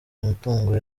mitungo